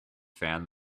fan